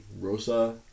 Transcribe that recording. Rosa